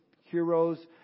heroes